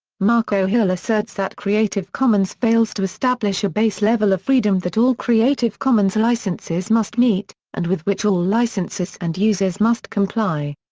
mako hill asserts that creative commons fails to establish a base level of freedom that all creative commons licenses must meet, and with which all licensors and users must comply.